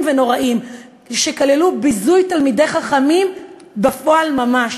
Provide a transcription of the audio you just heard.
ונוראים שכללו ביזוי תלמידי חכמים בפועל ממש.